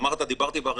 אמרת שדיברת באריכות.